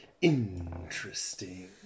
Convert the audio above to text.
interesting